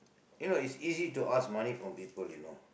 you know it's easy to ask money from people you know